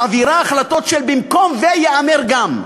מעבירה החלטות של "במקום" ו"יאמר גם",